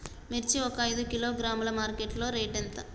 మిర్చి ఒక ఐదు కిలోగ్రాముల మార్కెట్ లో రేటు ఎంత?